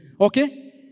Okay